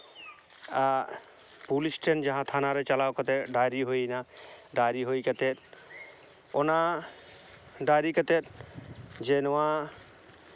police ᱴᱷᱮᱱ ᱡᱟᱦᱟᱸ ᱛᱷᱟᱱᱟ ᱨᱮ ᱪᱟᱞᱟᱣ ᱠᱟᱛᱮᱫ ᱰᱟᱭᱨᱤ ᱦᱩᱭᱱᱟ ᱰᱟᱭᱨᱤ ᱦᱩᱭ ᱠᱟᱛᱮᱫ ᱚᱱᱟ ᱰᱟᱭᱨᱤ ᱠᱟᱛᱮᱫ ᱡᱮ ᱱᱚᱣᱟ